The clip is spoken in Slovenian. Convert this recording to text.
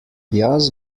jaz